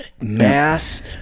mass